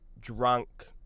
Drunk